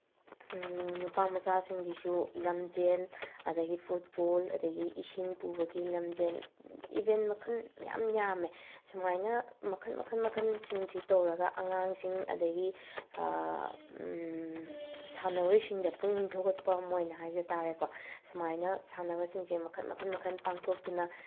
ꯅꯨꯄꯥꯃꯆꯥꯁꯤꯡꯒꯤꯁꯨ ꯂꯝꯖꯦꯟ ꯑꯗꯒꯤ ꯐꯨꯠꯕꯣꯜ ꯑꯗꯒꯤ ꯏꯁꯤꯡ ꯄꯨꯕꯒꯤ ꯂꯝꯖꯦꯟ ꯏꯚꯦꯟ ꯃꯈꯟ ꯃꯌꯥꯝ ꯌꯥꯝꯃꯦ ꯁꯨꯃꯥꯏꯅ ꯃꯈꯟ ꯃꯈꯟ ꯃꯈꯟꯁꯤꯡꯁꯤ ꯇꯧꯔꯒ ꯑꯉꯥꯡꯁꯤꯡ ꯑꯗꯒꯤ ꯁꯥꯟꯅꯔꯣꯏꯁꯤꯡꯗ ꯄꯨꯛꯅꯤꯡ ꯊꯧꯒꯠꯄ ꯑꯃ ꯑꯣꯏꯅ ꯍꯥꯏꯖ ꯇꯥꯔꯦꯀꯣ ꯁꯨꯃꯥꯏꯅ ꯁꯥꯟꯅꯕꯁꯤꯡꯁꯦ ꯃꯈꯟ ꯃꯈꯟ ꯃꯈꯟ ꯄꯥꯡꯊꯣꯛꯇꯨꯅ